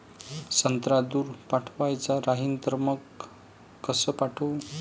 संत्रा दूर पाठवायचा राहिन तर मंग कस पाठवू?